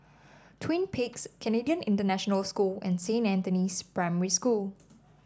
Twin Peaks Canadian International School and Saint Anthony's Primary School